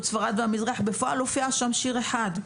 ספרד והמזרח" בפועל הופיע שם שיר אחד.